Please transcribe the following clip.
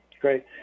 Great